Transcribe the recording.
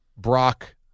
Brock